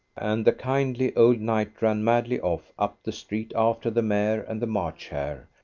and the kindly old knight ran madly off up the street after the mayor and the march hare,